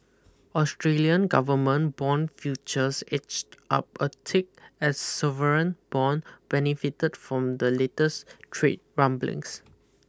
Australian government bond futures edged up a tick as sovereign bond benefited from the latest trade rumblings